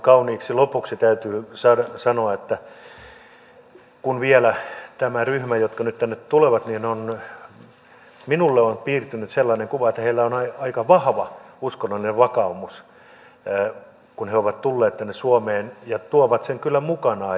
kauniiksi lopuksi täytyy sanoa vielä tästä ryhmästä joka nyt tänne tulee että minulle on piirtynyt sellainen kuva että heillä on aika vahva uskonnollinen vakaumus kun he ovat tulleet tänne suomeen ja he tuovat sen kyllä mukanaan